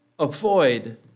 Avoid